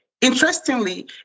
Interestingly